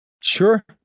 Sure